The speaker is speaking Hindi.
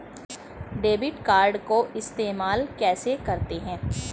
डेबिट कार्ड को इस्तेमाल कैसे करते हैं?